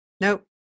Nope